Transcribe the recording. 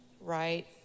right